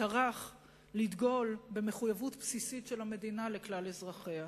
טרח לדגול במחויבות בסיסית של המדינה לכלל אזרחיה.